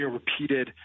repeated